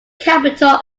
capital